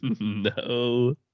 No